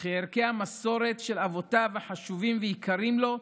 וכי ערכי המסורת של אבותיו חשובים ויקרים לו,